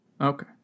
Okay